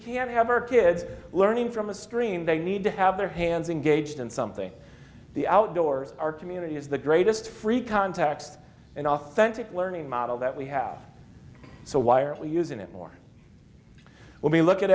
can't have our kids learning from a screen they need to have their hands engaged in something the outdoors our community is the greatest free context and authentic learning model that we have so why are we using it more when we look at